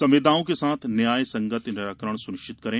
संवेदनाओं के साथ न्याय संगत निराकरण सुनिश्चित करें